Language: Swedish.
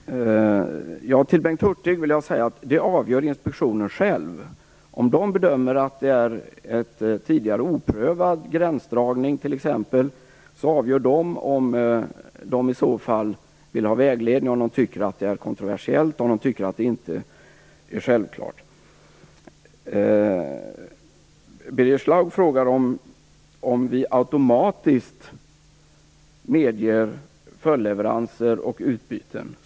Fru talman! Till Bengt Hurtig vill jag säga att inspektionen avgör det själv. Om man där bedömer att det rör sig om en tidigare oprövad gränsdragning t.ex. avgör man själv om man vill ha vägledning om man tycker att det är kontroversiellt eller om man tycker att det inte är självklart. Birger Schlaug frågar om vi automatiskt medger följdleveranser och utbyten.